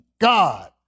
God